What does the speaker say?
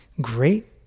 great